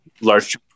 large